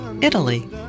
Italy